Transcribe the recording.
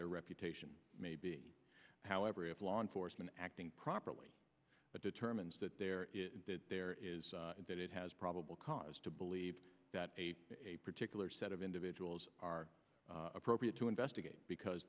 their reputation may be however if law enforcement acting properly but determines that there there is that it has probable cause to believe that a particular set of individuals are appropriate to investigate because